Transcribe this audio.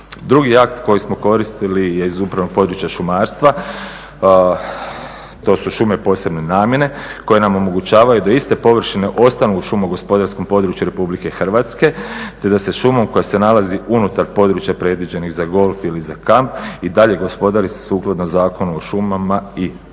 Drugi akt koji smo koristili je iz upravnog područja šumarstva, to su šume posebne namjene koje nam omogućavaju da iste površine ostanu u šumogospodarskom području RH te da se šumom koja se nalazi unutar područja predviđenih za golf ili za kamp i dalje gospodari sukladno Zakonu o šumama i svim